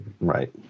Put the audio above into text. right